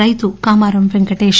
Rythu Kamaram Venkatesh